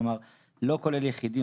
כלומר לא כולל יחידים,